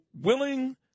willing